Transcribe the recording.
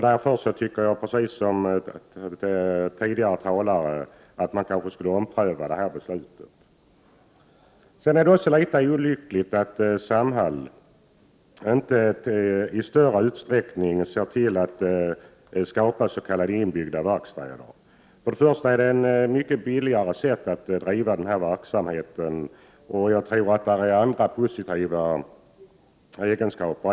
Därför tycker jag, liksom tidigare talare, att detta beslut skall omprövas. Det är också olyckligt att Samhall inte i större utsträckning skapar s.k. inbyggda verkstäder. Först och främst är det ett mycket billigare sätt att driva denna verksamhet, men jag tror att det även har andra positiva effekter.